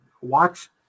watch